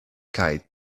kaj